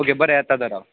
okay बरें येतां तर हांव